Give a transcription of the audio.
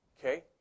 Okay